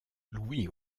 louis